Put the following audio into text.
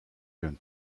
jeune